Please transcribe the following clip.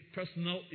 personal